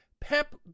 Pep